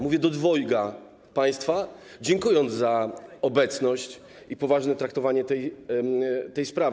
Mówię do dwojga z państwa, dziękując za obecność i poważne traktowanie tej sprawy.